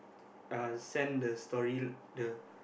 uh send the story the